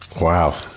wow